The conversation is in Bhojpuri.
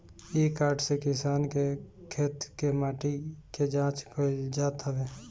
इ कार्ड से किसान के खेत के माटी के जाँच कईल जात हवे